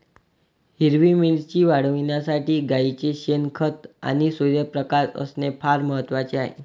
हिरवी मिरची वाढविण्यासाठी गाईचे शेण, खत आणि सूर्यप्रकाश असणे फार महत्वाचे आहे